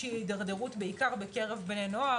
להתדרדרות מסוימת בעיקר בקרב בני נוער,